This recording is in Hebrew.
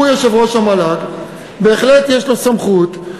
בהחלט יש לו סמכות,